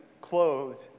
clothed